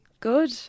Good